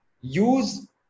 use